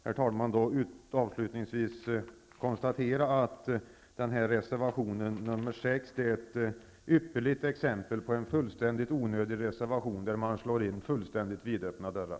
Jag vill bara avslutningsvis konstatera att reservation 6 är ett ypperligt exempel på fullständigt onödiga reservationer där man slår in vidöppna dörrar.